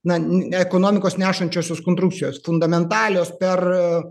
na ne ekonomikos nešančiosios konstrukcijos fundamentalios per